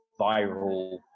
viral